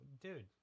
dude